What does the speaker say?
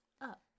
up